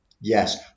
Yes